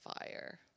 fire